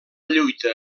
lluita